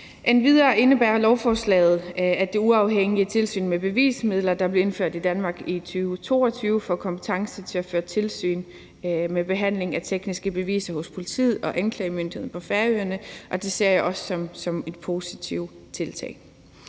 Endvidere indebærer lovforslaget, at det uafhængige tilsyn med bevismidler, der blev indført i Danmark i 2022, får kompetence til at føre tilsyn med behandlingen af tekniske beviser hos politiet og anklagemyndigheden på Færøerne. Det ser jeg også som et positivt tiltag.